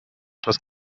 etwas